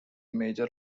major